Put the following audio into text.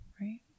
Right